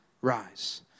Rise